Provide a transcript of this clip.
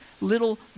little